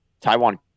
Taiwan